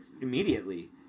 Immediately